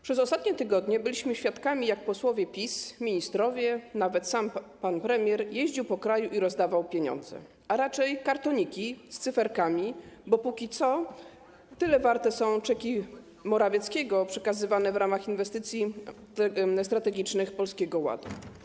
Przez ostatnie tygodnie byliśmy świadkami, jak posłowie PiS, ministrowie, a nawet sam pan premier jeździli po kraju i rozdawali pieniądze, a raczej kartoniki z cyferkami, bo na razie tyle warte są czeki Morawieckiego przekazywane w ramach inwestycji strategicznych Polskiego Ładu.